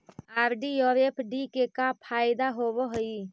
RD और FD के का फायदा होव हई?